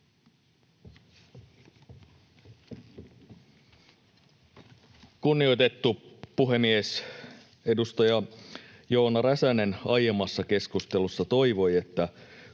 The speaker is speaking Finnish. Kunnioitettu puhemies! Edustaja Joona Räsänen aiemmassa keskustelussa toivoi, että